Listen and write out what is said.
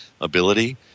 ability